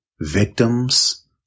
victims